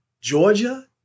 Georgia